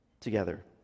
together